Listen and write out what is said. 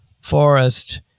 forest